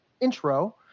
intro